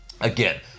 again